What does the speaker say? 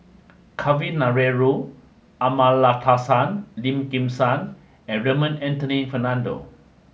Kavignareru Amallathasan Lim Kim San and Raymond Anthony Fernando